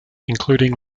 including